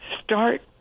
start